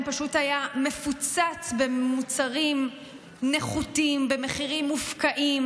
פשוט היה מפוצץ במוצרים נחותים במחירים מופקעים,